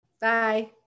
Bye